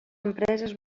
empreses